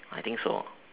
I think so